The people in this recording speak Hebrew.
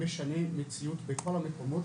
זה משנה מציאות בכל מקום,